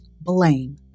blame